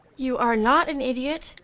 you are not an idiot.